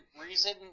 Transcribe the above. Reason